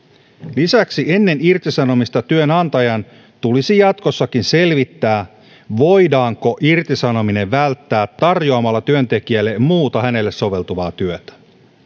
lisäksi ennen irtisanomista työnantajan tulisi jatkossakin selvittää voidaanko irtisanominen välttää tarjoamalla työntekijälle muuta hänelle soveltuvaa työtä